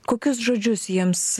kokius žodžius jiems